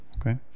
okay